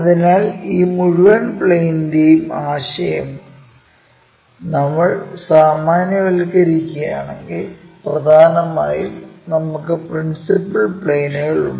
അതിനാൽ ഈ മുഴുവൻ പ്ലെയിനിന്റെയും ആശയം നമ്മൾ സാമാന്യവൽക്കരിക്കുകയാണെങ്കിൽ പ്രധാനമായും നമുക്ക് പ്രിൻസിപ്പൽ പ്ലെയിനുകൾ ഉണ്ട്